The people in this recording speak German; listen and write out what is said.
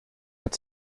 hat